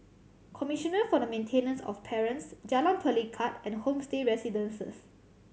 commissioner for the Maintenance of Parents Jalan Pelikat and Homestay Residences